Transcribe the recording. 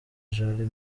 jali